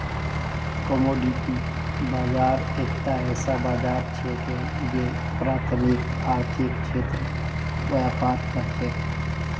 commodity बाजार एकता ऐसा बाजार छिके जे प्राथमिक आर्थिक क्षेत्रत व्यापार कर छेक